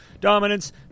dominance